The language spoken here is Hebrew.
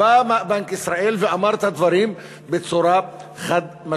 בא בנק ישראל ואמר את הדברים בצורה חד-משמעית.